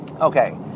Okay